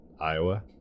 iowa